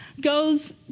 goes